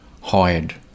hired